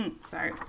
Sorry